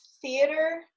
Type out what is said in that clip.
theater